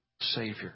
Savior